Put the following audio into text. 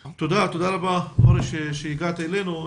תודה, תודה רבה אורי שהגעת אלינו.